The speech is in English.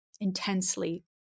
intensely